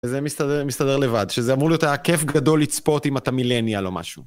וזה מסתדר לבד, שזה אמור להיות הכיף גדול לצפות אם אתה מילניאל או משהו.